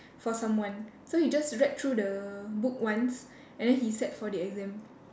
for someone so he just read through the book once and then he sat for the exam